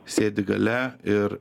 sėdi gale ir